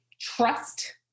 Trust